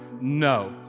no